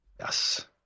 yes